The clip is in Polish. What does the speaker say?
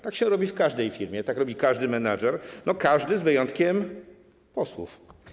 Tak się robi w każdej firmie, tak robi każdy menedżer - każdy z wyjątkiem posłów.